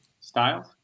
styles